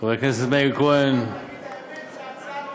חבר הכנסת מאיר כהן, תגיד את האמת: זו הצעה טובה,